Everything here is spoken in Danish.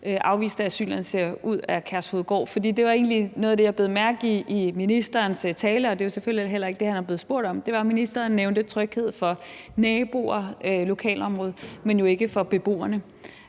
afviste asylansøgere ud af Kærshovedgård. Det var egentlig noget af det, jeg bed mærke i, i ministerens tale – og det er jo selvfølgelig heller ikke det, han er blevet spurgt om – nemlig at ministeren nævnte tryghed for naboer og lokalområdet, men jo ikke for beboerne.